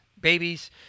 babies